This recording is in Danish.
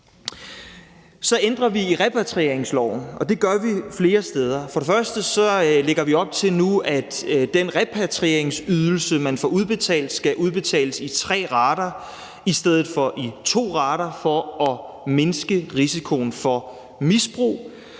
Så ændrer vi i repatrieringsloven, og det gør vi flere steder. Vi lægger op til nu, at den repatrieringsydelse, man får udbetalt, skal udbetales i tre rater i stedet for i to rater, og det er for at mindske risikoen for misbrug.